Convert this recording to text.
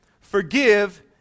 Forgive